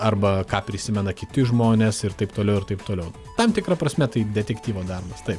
arba ką prisimena kiti žmonės ir taip toliau ir taip toliau tam tikra prasme tai detektyvo darbas taip